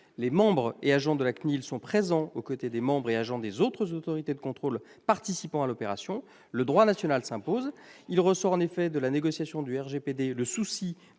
les membres et agents de la CNIL sont présents aux côtés des membres et agents des autres autorités de contrôle participant à l'opération. Le droit national s'impose. Il ressort en effet de la négociation du RGPD le souci